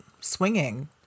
swinging